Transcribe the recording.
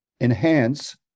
enhance